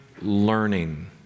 learning